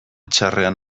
txarrean